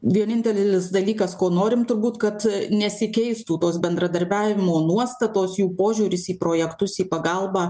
vienintelis dalykas ko norim turbūt kad nesikeistų tos bendradarbiavimo nuostatos jų požiūris į projektus į pagalbą